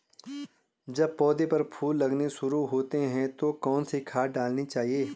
जब पौधें पर फूल लगने शुरू होते हैं तो कौन सी खाद डालनी चाहिए?